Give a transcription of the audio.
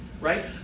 right